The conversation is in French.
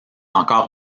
encore